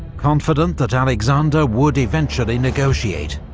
confident that alexander would eventually negotiate.